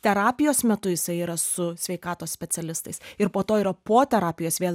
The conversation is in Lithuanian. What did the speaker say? terapijos metu jisai yra su sveikatos specialistais ir po to yra po terapijos vėl